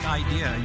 idea